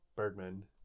Bergman